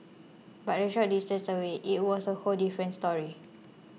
but a short distance away it was a whole different story